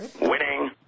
winning